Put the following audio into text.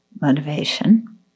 motivation